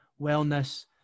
wellness